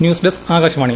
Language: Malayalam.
news desk Akashvani